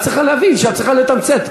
את צריכה להבין שאת צריכה לתמצת.